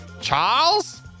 Charles